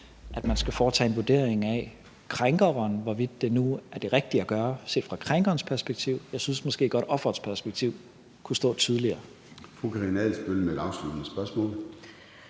at man skal foretage en vurdering af krænkeren, og hvorvidt det nu er det rigtige at gøre set fra krænkerens perspektiv. Jeg synes måske godt, at offerets perspektiv kunne stå tydeligere.